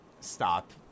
stop